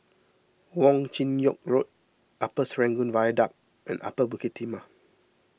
Wong Chin Yoke Road Upper Serangoon Viaduct and Upper Bukit Timah